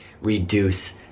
reduce